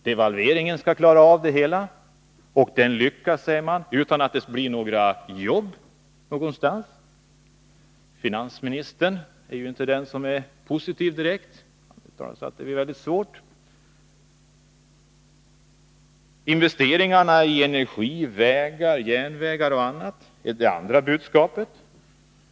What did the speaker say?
Devalveringen skall klara av det hela, och den lyckas, säger man — utan att det blir några jobb någonstans. Finansministern är ju inte den som är direkt positiv, utan han har sagt att det blir väldigt svårt. Investeringarna i energi, vägar, järnvägar och annat är det andra budskapet.